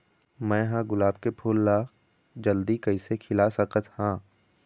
मैं ह गुलाब के फूल ला जल्दी कइसे खिला सकथ हा?